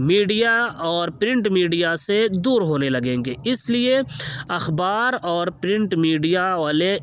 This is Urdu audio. میڈیا اور پرنٹ میڈیا سے دور ہونے لگیں گے اس لیے اخبار اور پرنٹ میڈیا والے